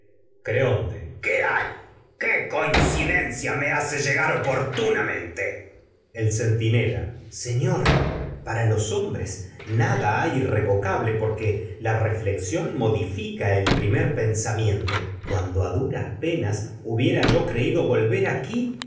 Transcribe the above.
propósito viene me qué hay qué coincidencia hace llegar oportunamente el centinela señor pai a los hombres nada hay irrevocable porque la reflexión modittca el primer pen samiento cuando a duras penas hubiera creído me yo vol ver aquí